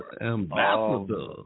Ambassador